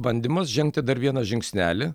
bandymas žengti dar vieną žingsnelį